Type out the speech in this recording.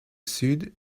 sud